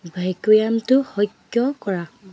ভেকুৱামটো সক্ৰিয় কৰা